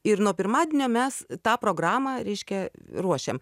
ir nuo pirmadienio mes tą programą reiškia ruošiam